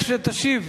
כשתשיב,